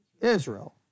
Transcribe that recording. Israel